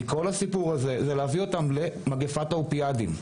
מכל הסיפור הזה זה להביא אותם למגפת אופיאטים.